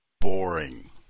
Boring